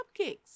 cupcakes